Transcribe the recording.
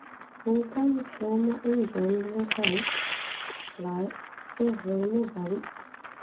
ᱱᱚᱝᱠᱟᱱ ᱡᱚᱢᱟᱜ ᱤᱧ ᱡᱚᱢ ᱞᱮᱠᱷᱟᱱ ᱞᱟᱡᱽ ᱥᱮ ᱦᱚᱲᱢᱚ ᱵᱟᱹᱲᱤᱡ